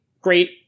great